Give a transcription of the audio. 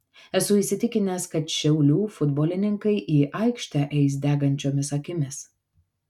esu įsitikinęs kad šiaulių futbolininkai į aikštę eis degančiomis akimis